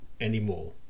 anymore